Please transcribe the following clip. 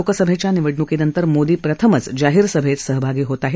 लोकसभेच्या निवडणूकीनंतर मोदी प्रथमच जाहीर सभेत सहभागी होत आहेत